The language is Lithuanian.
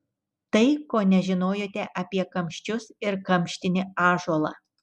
tai ko nežinojote apie kamščius ir kamštinį ąžuolą